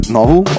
novel